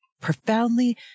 profoundly